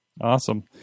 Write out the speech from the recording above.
Awesome